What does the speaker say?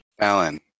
Alan